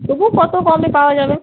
তবু কত কমে পাওয়া যাবে